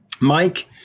Mike